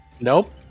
Nope